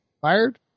fired